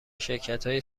شرکتهایی